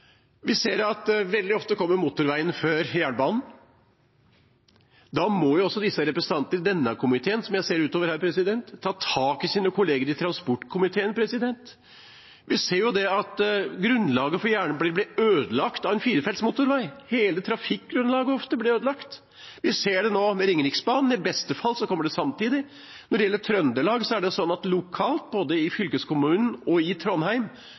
Vi ser at veldig ofte kommer motorveien før jernbanen. Da må representantene i denne komiteen, som jeg ser utover her, ta tak i sine kolleger i transportkomiteen. Vi ser at grunnlaget for jernbanen blir ødelagt av en firefelts motorvei – hele trafikkgrunnlaget blir ofte ødelagt. Vi ser det nå med Ringeriksbanen – i beste fall kommer det samtidig. Når det gjelder Trøndelag, ønsker de lokalt både i fylkeskommunen og i Trondheim